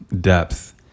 depth